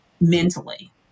mentally